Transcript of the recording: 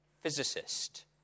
physicist